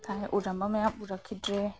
ꯊꯥꯏꯅ ꯎꯔꯝꯕ ꯃꯌꯥꯝ ꯎꯔꯛꯈꯤꯗ꯭ꯔꯦ